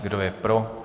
Kdo je pro?